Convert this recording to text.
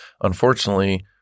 Unfortunately